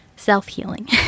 self-healing